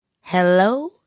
hello